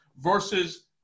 versus